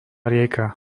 rieka